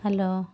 hello